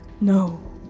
no